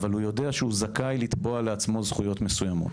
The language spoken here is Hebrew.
אבל הוא יודע שהוא זכאי לתבוע לעצמו זכויות מסוימות.